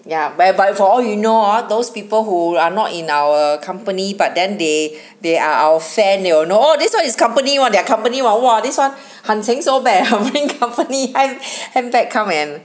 ya but but for all you know hor those people who are not in our company but then they they are our fan they will know oh this one is company one their company one !wah! this one 很很 bring company handbag come and